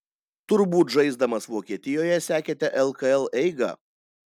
turbūt žaisdamas vokietijoje sekėte lkl eigą